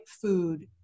food